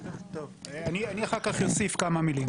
אני אחר כך אוסיף כמה מילים.